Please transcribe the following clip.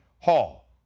hall